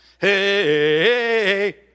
Hey